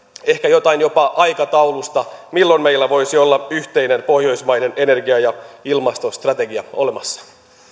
ehkä jotain jopa aikataulusta milloin meillä voisi olla yhteinen pohjoismaiden energia ja ilmastostrategia olemassa